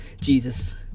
Jesus